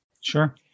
Sure